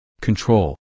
control